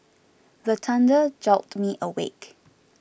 the thunder jolt me awake